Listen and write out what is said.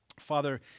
Father